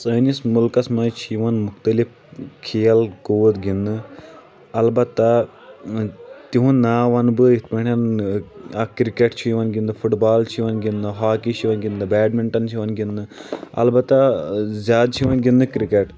سٲنِس مُلکَس منٛز چھِ یِوان مختلف کھیل کوٗد گِنٛدنہٕ اَلبتہ تِہُنٛد ناو وَنہٕ بہٕ یِتھ پٲٹھۍ اَکھ کِرکِٹ چھُ یِوان گنٛدنہٕ فُٹ بال چھِ یِوان گنٛدنہٕ ہاکی چھِ یِوان گنٛدنہٕ بیڈمِنٹَن چھِ یِوان گنٛدنہٕ البتہ زیادٕ چھِ یِوَن گنٛدنہٕ کرٛکِٹ